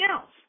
else